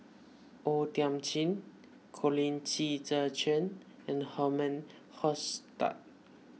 O Thiam Chin Colin Qi Zhe Quan and Herman Hochstadt